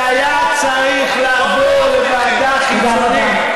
זה היה צריך לעבור לוועדה חיצונית.